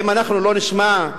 האם אנחנו לא נשמע,